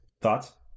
Thoughts